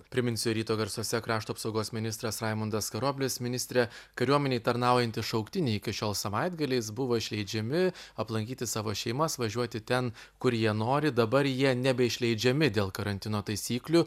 priminsiu ryto garsuose krašto apsaugos ministras raimundas karoblis ministre kariuomenėj tarnaujantys šauktiniai iki šiol savaitgaliais buvo išleidžiami aplankyti savo šeimas važiuoti ten kur jie nori dabar jie nebeišleidžiami dėl karantino taisyklių